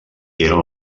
eren